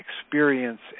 experience